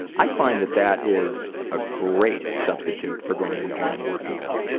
i find that that is a great substitute for going to the gym and working out.